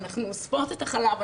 אנחנו אוספות את החלב,